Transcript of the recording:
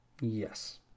Yes